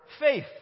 faith